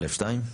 א2?